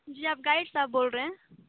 جی آپ گائڈ صاحب بول رہے ہیں